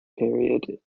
period